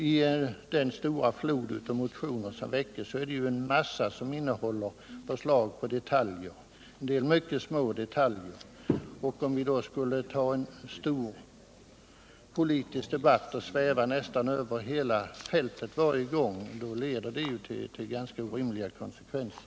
I den stora flod av motioner som väcks tas upp förslag i fråga om ofta mycket små detaljer. Om vi skulle ta en stor politisk debatt och röra oss över nästan hela fältet varje gång vi behandlar en sådan detalj, får det ganska orimliga konsekvenser.